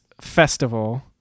festival